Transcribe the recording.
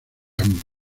ambos